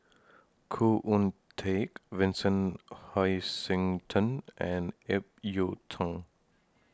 Khoo Oon Teik Vincent Hoisington and Ip Yiu Tung